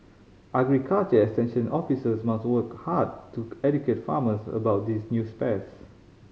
agriculture extension officers must work hard to educate farmers about these new pests